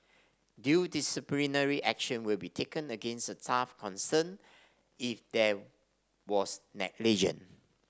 due disciplinary action will be taken against the staff concerned if there was